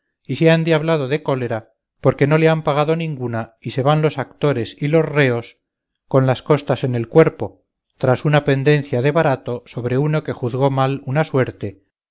y se ha endiablado de cólera porque no le han pagado ninguna y se van los actores y los reos con las costas en el cuerpo tras una pendencia de barato sobre uno que juzgó mal una suerte